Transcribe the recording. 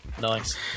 Nice